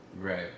Right